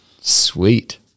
sweet